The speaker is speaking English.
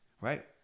Right